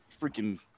freaking